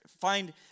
find